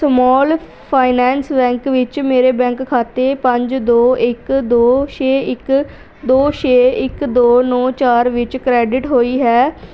small finance bank ਵਿੱਚ ਮੇਰੇ bank ਖਾਤੇ ਪੰਜ ਦੋ ਇੱਕ ਦੋ ਛੇ ਇੱਕ ਦੋ ਛੇ ਇੱਕ ਦੋ ਨੌਂ ਚਾਰ ਵਿੱਚ ਕ੍ਰੈਡਿਟ ਹੋਈ ਹੈ